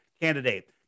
candidate